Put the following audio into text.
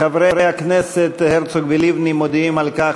חברי הכנסת הרצוג ולבני מודיעים על כך